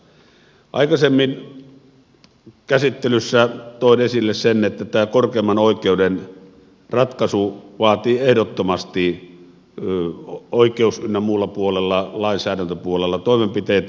aikaisemmin käsittelyssä toin esille sen että tämä korkeimman oikeuden ratkaisu vaatii ehdottomasti oikeus ynnä muulla lainsäädäntöpuolella toimenpiteitä